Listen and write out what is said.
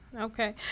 Okay